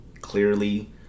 clearly